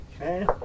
Okay